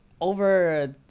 over